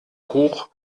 hoch